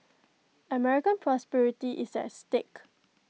American prosperity is at stake